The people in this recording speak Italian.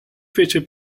fece